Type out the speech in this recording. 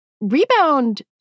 Rebound